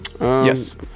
Yes